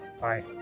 Bye